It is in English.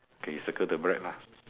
okay you circle the bread lah